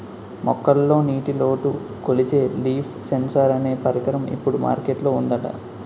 మొక్కల్లో నీటిలోటు కొలిచే లీఫ్ సెన్సార్ అనే పరికరం ఇప్పుడు మార్కెట్ లో ఉందట